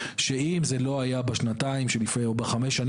שאם זה לא היה בשנתיים שלפני או בחמש השנים